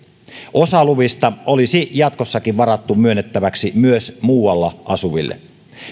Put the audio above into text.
osa luvista olisi jatkossakin varattu myönnettäväksi myös muualla asuville